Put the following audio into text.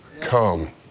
Come